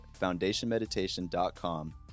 foundationmeditation.com